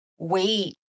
wait